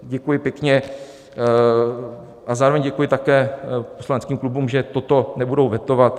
Děkuji pěkně a zároveň děkuji také poslaneckým klubům, že to nebudou vetovat.